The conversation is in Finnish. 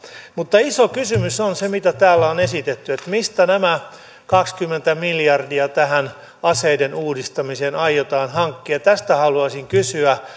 mutta iso kysymys on se mikä täällä on esitetty mistä nämä kaksikymmentä miljardia tähän aseiden uudistamiseen aiotaan hankkia tästä haluaisin kysyä